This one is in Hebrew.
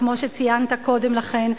וכמו שציינת קודם לכן,